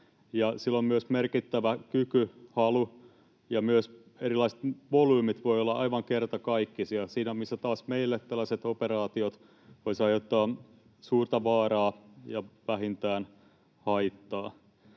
Sillä on myös merkittävä kyky ja halu ja myös erilaiset volyymit, jotka voivat olla aivan kertakaikkisia siinä, missä taas meille tällaiset operaatiot voisivat aiheuttaa suurta vaaraa ja vähintään haittaa.